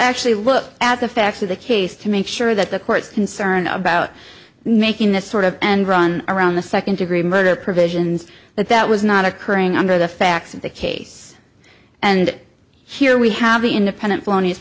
actually look at the facts of the case to make sure that the court's concerned about making this sort of end run around the second degree murder provisions that that was not occurring under the facts of the case and here we have the independent